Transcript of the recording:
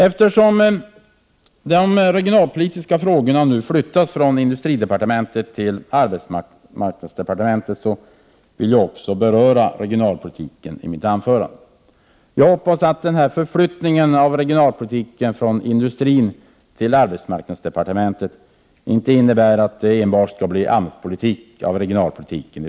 Eftersom de regionalpolitiska frågorna nu flyttas från industridepartementet till arbetsmarknadsdepartementet vill jag också beröra regionalpolitiken i mitt anförande. Jag hoppas att förflyttningen av regionalpolitiken från industridepartementet till arbetsmarknadsdepartementet inte innebär att det enbart blir AMS-politik av regionalpolitiken.